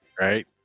Right